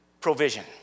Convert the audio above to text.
provision